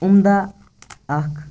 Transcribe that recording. عمدہ اَکھ